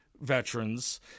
veterans